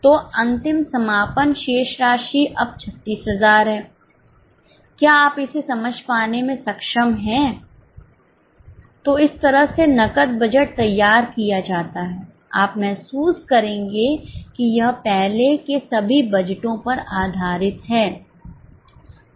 तो अंतिम समापन शेष राशि अब 36000 है क्या आप इसे समझ पाने में सक्षम हैं तो इस तरह से नकद बजट तैयार किया जाता है आप महसूस करेंगे कि यह पहले के सभी बजटों पर आधारित है